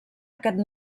aquest